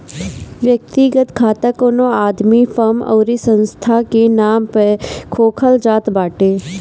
व्यक्तिगत खाता कवनो आदमी, फर्म अउरी संस्था के नाम पअ खोलल जात बाटे